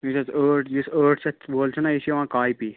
یُس اسہِ ٲٹھ یُس ٲٹھ شٮ۪تھ وول چھُ نا یہِ چھُ یِوان کاپی